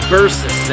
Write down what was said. Versus